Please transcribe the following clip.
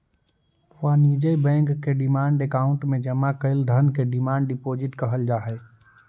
वाणिज्य बैंक के demand account में जमा कैल धन के डिमांड डिपॉजिट कहल जा हई